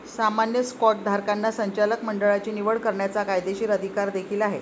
सामान्य स्टॉकधारकांना संचालक मंडळाची निवड करण्याचा कायदेशीर अधिकार देखील आहे